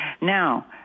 Now